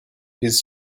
his